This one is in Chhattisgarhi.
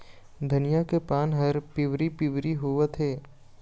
धनिया के पान हर पिवरी पीवरी होवथे?